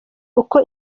uko